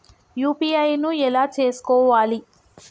UPI ను ఎలా చేస్కోవాలి?